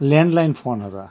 landline phone હતા